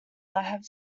have